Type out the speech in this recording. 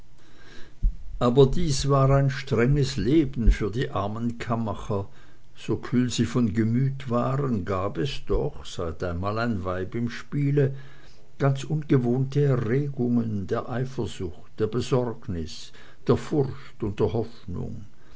aber dies war ein strenges leben für die armen kammmacher so kühl sie von gemüt waren gab es doch seit einmal ein weib im spiele ganz ungewohnte erregungen der eifersucht der besorgnis der furcht und der hoffnung